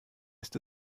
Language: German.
ist